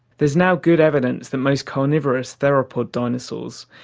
there is now good evidence that most carnivorous theropod dinosaurs,